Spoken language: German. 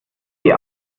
die